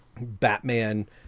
Batman